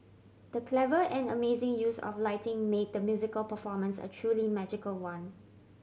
the clever and amazing use of lighting made the musical performance a truly magical one